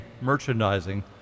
merchandising